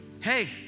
hey